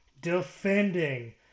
defending